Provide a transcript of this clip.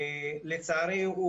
לצערי,